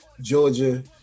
Georgia